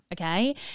okay